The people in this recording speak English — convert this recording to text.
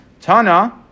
Tana